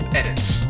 edits